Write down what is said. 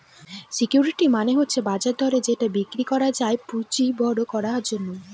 security মানে হচ্ছে বাজার দরে যেটা বিক্রি করা যায় পুঁজি বড়ো করার জন্য